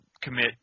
commit